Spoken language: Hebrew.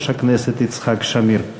ויושב-ראש הכנסת יצחק שמיר.